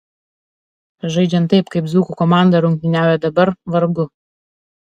žaidžiant taip kaip dzūkų komanda rungtyniauja dabar vargu